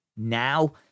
now